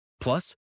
Plus